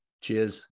Cheers